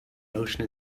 notion